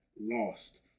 lost